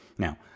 Now